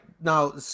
Now